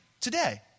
today